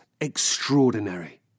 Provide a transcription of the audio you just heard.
extraordinary